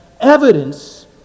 evidence